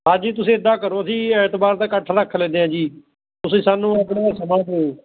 ਹਾਂਜੀ ਤੁਸੀਂ ਇੱਦਾਂ ਕਰੋ ਅਸੀਂ ਐਤਵਾਰ ਦਾ ਇਕੱਠ ਰੱਖ ਲੈਂਦੇ ਹਾਂ ਜੀ ਤੁਸੀਂ ਸਾਨੂੰ ਆਪਣਾ ਸਮਾਂ ਦਿਓ